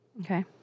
Okay